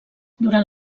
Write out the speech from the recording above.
durant